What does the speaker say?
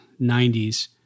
90s